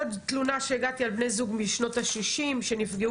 עוד תלונה שקיבלתי על בני זוג משנות ה-60 שנפגעו